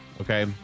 okay